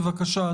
בבקשה,